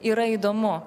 yra įdomu